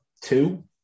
Two